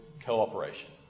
cooperation